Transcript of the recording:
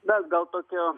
na gal tokio